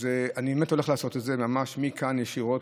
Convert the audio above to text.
אז אני באמת הולך לעשות את זה, ממש מכאן ישירות.